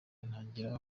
ntangira